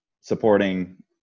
supporting